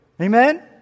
Amen